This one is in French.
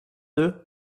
deux